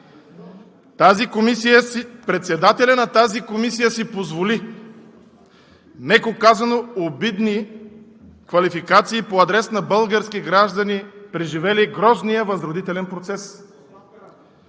Председателят на Комисията си позволи, меко казано, обидни квалификации по адрес на български граждани, преживели грозния възродителен процес,